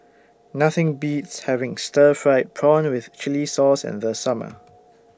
Nothing Beats having Stir Fried Prawn with Chili Sauce in The Summer